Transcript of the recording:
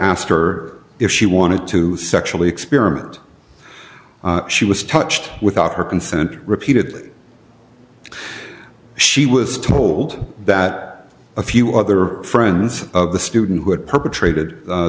asked her if she wanted to sexually experiment she was touched without her consent repeated she was told that a few other friends of the student who had perpetrated